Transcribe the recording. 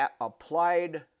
applied